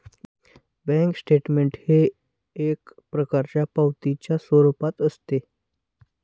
bank statement हे एक प्रकारच्या पावतीच्या स्वरूपात असते